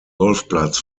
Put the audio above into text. golfplatz